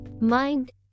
Mind